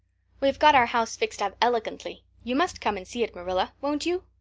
we have got our house fixed up elegantly. you must come and see it, marilla won't you?